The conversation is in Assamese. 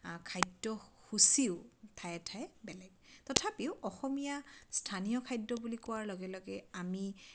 খাদ্য সুচিও ঠায়ে ঠায়ে বেলেগ তথাপিও অসমীয়া স্থানীয় খাদ্য বুলি কোৱাৰ লগে লগে আমি